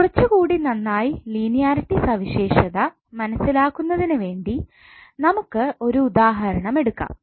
കുറച്ചുകൂടി നന്നായി ലീനിയറിറ്റി സവിശേഷത മനസ്സിലാക്കുന്നതിന് വേണ്ടി നമുക്ക് ഒരു ഉദാഹരണം എടുക്കാം